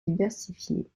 diversifiés